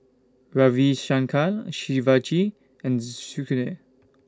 Ravi Shankar Shivaji and Sudhir